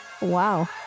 wow